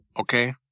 Okay